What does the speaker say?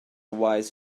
wise